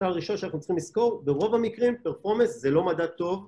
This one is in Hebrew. את הראשון שאנחנו צריכים לזכור, ברוב המקרים, פרפורמס זה לא מדע טוב